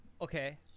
Okay